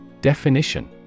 Definition